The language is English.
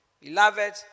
Beloved